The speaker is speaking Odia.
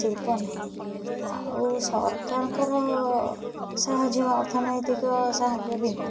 ଶିଳ୍ପ ନାହିଁ ଆଉ ସରକାରଙ୍କର ସାହାଯ୍ୟ ଅର୍ଥନୈତିକ ସାହାଯ୍ୟ ବିନା